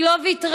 היא לא ויתרה.